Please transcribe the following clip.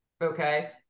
Okay